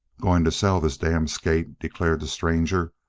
going to sell this damned skate, declared the stranger,